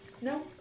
No